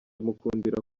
mukundira